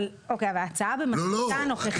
אבל ההצעה במתכונתה הנוכחית --- לא,